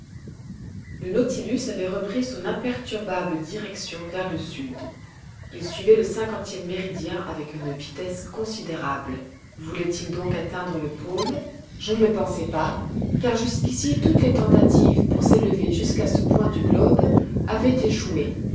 le nautilus avait repris son imperturbable direction vers le sud il suivait le cinquantième méridien avec une vitesse considérable voulait-il donc atteindre le pôle je ne le pensais pas car jusqu'ici toutes les tentatives pour s'élever jusqu'à ce point du globe avaient échoué